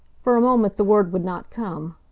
for a moment the word would not come.